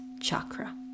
chakra